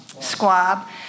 squab